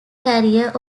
career